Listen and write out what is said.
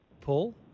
Paul